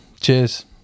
Cheers